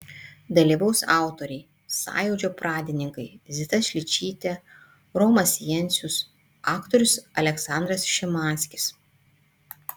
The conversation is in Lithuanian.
dalyvaus autoriai sąjūdžio pradininkai zita šličytė romas jencius aktorius aleksandras šimanskis